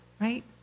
right